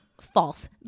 false